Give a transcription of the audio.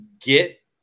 get